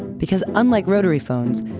because unlike rotary phones,